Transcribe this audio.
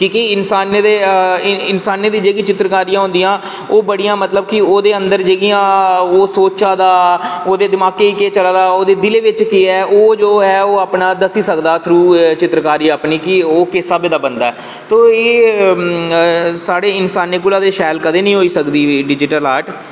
ते इंसानें दे जेह्की चित्रकारियां होंदियां ओह्दे अंदर मतलब जेह्ड़ियां ओह् सोचा दा ओह् दमाकै च केह् सोचा दा ओह्दे दिलै बिच केह् ऐ ओह् जो ऐ ओह् सोची सकदा अपने थ्रू चित्रकारी अपनी की ओह् किस स्हाबै दा बंदा ऐ ते एह् साढ़े इन्सानें कोला शैल ते कदें निं होई सकदी डिजीटल आर्ट